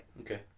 Okay